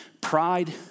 Pride